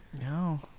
No